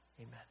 Amen